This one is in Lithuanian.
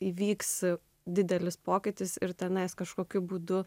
įvyks didelis pokytis ir tenais kažkokiu būdu